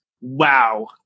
wow